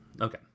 Okay